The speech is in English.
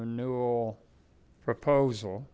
renewal proposal